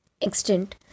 extent